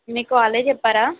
మీకు వాళ్ళే చెప్పారా